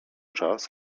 czas